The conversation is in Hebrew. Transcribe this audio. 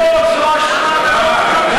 אוה, זאת האשמה מאוד חמורה.